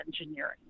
engineering